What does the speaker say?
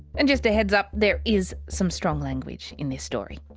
and just a heads up, there is some strong language in this story.